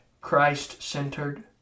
Christ-centered